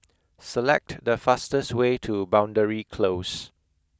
select the fastest way to Boundary Close